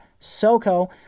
SoCo